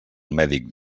mèdic